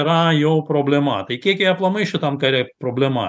yra jau problema tai kiek jie aplamai šitam kare problema